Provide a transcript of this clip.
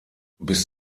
bis